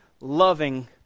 loving